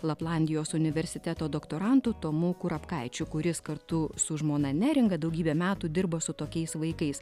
laplandijos universiteto doktorantu tomu kurapkaičiu kuris kartu su žmona neringa daugybę metų dirbo su tokiais vaikais